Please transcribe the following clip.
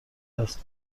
است